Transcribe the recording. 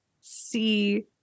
see